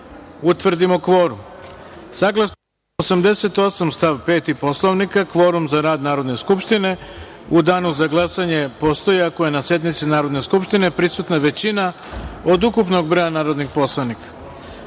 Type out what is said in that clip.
utvrdimo kvorum. Saglasno članu 88. stav 5. Poslovnika, kvorum za rad Narodne skupštine u danu za glasanje postoji ako je na sednici Narodne skupštine prisutna većina od ukupnog broja narodnih poslanika. Molim